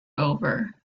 over